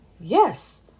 Yes